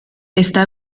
está